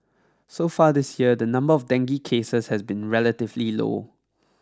so far this year the number of dengue cases has been relatively low